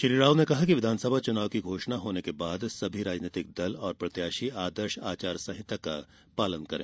श्री राव ने कहा कि विधानसभा चुनाव की घोषणा होने के बाद सभी राजनीतिक दल और प्रत्याशी आदर्श आचार संहिता का पालन करें